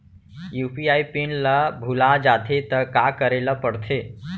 UPI PIN ल भुला जाथे त का करे ल पढ़थे?